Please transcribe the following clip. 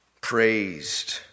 Praised